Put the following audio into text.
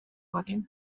working